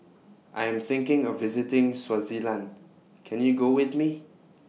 I Am thinking of visiting Swaziland Can YOU Go with Me